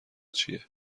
چیه